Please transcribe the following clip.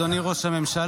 אדוני ראש הממשלה,